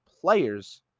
players